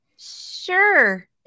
sure